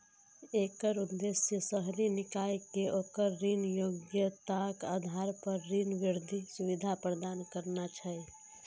एकर उद्देश्य शहरी निकाय कें ओकर ऋण योग्यताक आधार पर ऋण वृद्धि सुविधा प्रदान करना छै